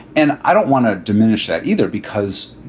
and i don't want to diminish that either, because,